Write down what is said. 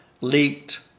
leaked